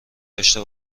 داشته